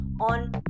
on